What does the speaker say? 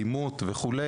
דימות וכו',